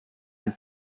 ein